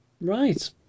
Right